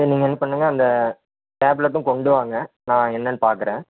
சரி நீங்கள் என்ன பண்ணுங்கள் அந்த டேப்லெட்டும் கொண்டு வாங்க நான் என்னென்னு பார்க்கறேன்